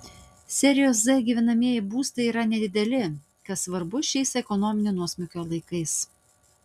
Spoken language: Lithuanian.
serijos z gyvenamieji būstai yra nedideli kas svarbu šiais ekonominio nuosmukio laikais